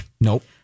nope